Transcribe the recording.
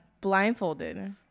Blindfolded